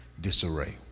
disarray